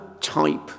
type